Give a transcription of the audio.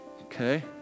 Okay